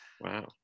Wow